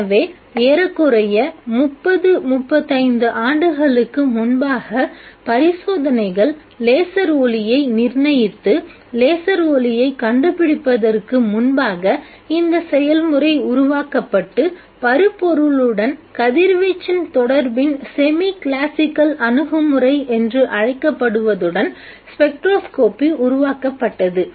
எனவே ஏறக்குறைய 30 35 ஆண்டுகளுக்கு முன்பாக பரிசோதனைகள் லேசர் ஒளியை நிர்ணயித்து லேசர் ஒளியை கண்டுபிடிப்பதற்கு முன்பாக இந்த செயல்முறை உருவாக்கப்பட்டு பருப்பொருளுடன் கதிர்வீச்சின் தொடர்பின் செமி கிளாசிக்கல் அணுகுமுறை என்று அழைக்கப்படுவதுடன் ஸ்பெக்ட்ரோஸ்கோப்பி உருவாக்கப்பட்டது